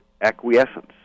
acquiescence